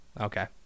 okay